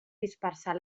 dispersar